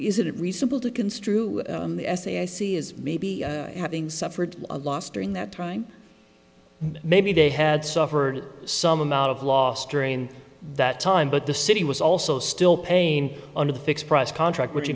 is it reasonable to construe the s a i c is maybe having suffered a loss during that time maybe they had suffered some amount of loss during that time but the city was also still pain under the fixed price contract which